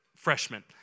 Freshman